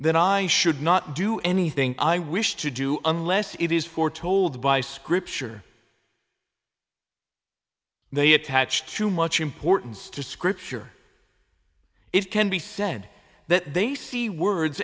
that i should not do anything i wish to do unless it is foretold by scripture they attach too much importance to scripture it can be said that they see words